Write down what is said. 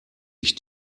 ich